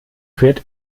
wird